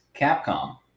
Capcom